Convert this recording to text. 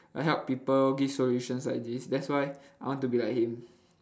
uh help people give solutions like this that's why I want to be like him